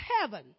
heaven